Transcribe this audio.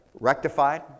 rectified